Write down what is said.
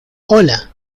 hola